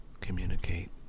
communicate